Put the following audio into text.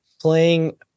playing